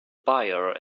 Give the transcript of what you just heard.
buyer